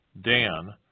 Dan